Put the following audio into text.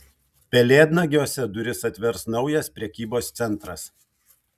pelėdnagiuose duris atvers naujas prekybos centras